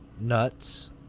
nuts